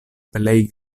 plej